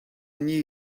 knew